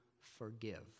forgive